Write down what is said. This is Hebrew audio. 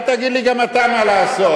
אל תגיד לי גם אתה מה לעשות.